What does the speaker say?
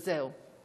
וזהו.